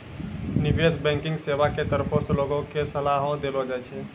निबेश बैंकिग सेबा के तरफो से लोगो के सलाहो देलो जाय छै